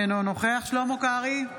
אינו נוכח שלמה קרעי,